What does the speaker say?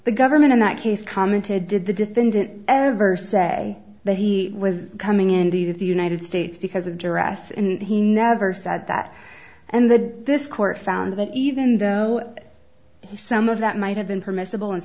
the government in that case commented did the defendant ever say that he was coming indeed of the united states because of duress and he never said that and then this court found that even though he some of that might have been permissible and